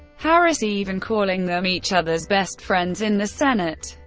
harris even calling them each other's best friends in the senate.